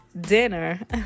dinner